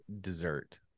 dessert